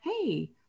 hey